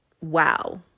wow